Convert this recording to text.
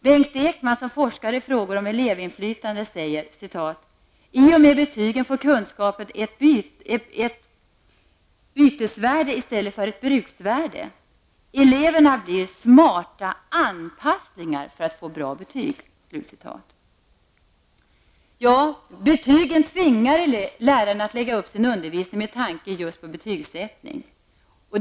Bengt Ekman, som forskar i frågor om elevinflytande, säger: I och med betygen får kunskapen ett bytesvärde i stället för ett bruksvärde. Eleverna blir smarta anpasslingar för att få bra betyg. Betygen tvingar lärarna att lägga upp sin undervisning med tanke på just betygssättningen.